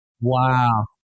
Wow